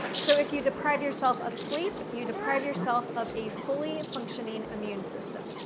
so if you deprive yourself of sleep, you deprive yourself of a fully functioning immune system.